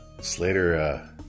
Slater